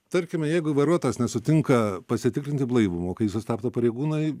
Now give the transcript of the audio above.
tarkime jeigu vairuotojas nesutinka pasitikrinti blaivumo kai sustabdo pareigūnai